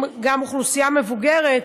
גם אוכלוסייה מבוגרת,